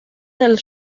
del